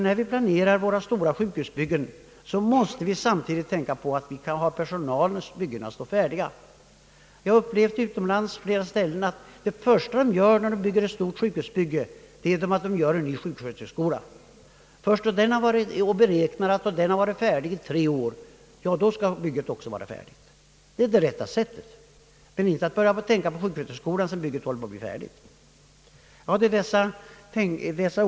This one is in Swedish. När vi planerar våra stora sjukhusbyggen, måste vi samtidigt tänka på att när byggnaderna står färdiga skall personalen finnas färdigutbildad. Jag har utomlands på flera ställen upplevt att det första man gör, när man bygger ett stort sjukhus, är att bygga en sjuksköterskeskola. Man beräknar att först då denna varit fär dig i tre år, skall sjukhusbygget också vara färdigt — det är det rätta sättet. Man skall inte börja tänka på sjuksköterskeskolan först när sjukhusbygget blivit färdigt.